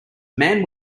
man